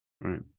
Right